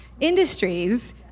industries